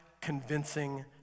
convincing